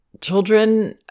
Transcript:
Children